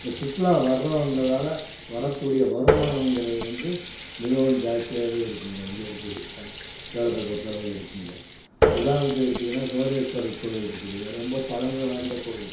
இந்த சுற்றுலா வரவங்களால வரக்கூடிய வருமானங்கிறது வந்து மிகவும் ஜாஸ்தியாகவே இருக்குதுங்க இங்கே இருக்குது தம் சேலத்தை பொறுத்தளவு இருக்குதுங்க உதாரணத்துக்கு எடுத்தீங்கன்னா சுவனேஸ்வரர் கோயில் இருக்குதுங்க ரொம்ப பழமை வாய்ந்த கோவில்